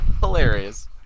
hilarious